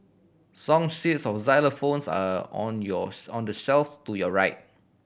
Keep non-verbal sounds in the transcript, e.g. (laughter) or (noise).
song sheets of xylophones are on your (unintelligible) on the shelf's to your right